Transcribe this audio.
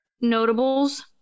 Notables